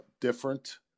different